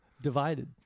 divided